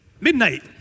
midnight